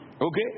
Okay